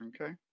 Okay